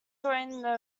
joined